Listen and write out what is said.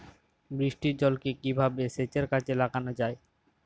বৃষ্টির জলকে কিভাবে সেচের কাজে লাগানো য়ায়?